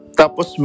tapos